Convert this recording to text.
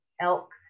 elk